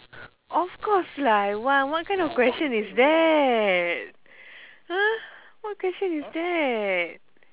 of course lah I want what kind of question is that !huh! what question is that